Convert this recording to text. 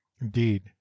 indeed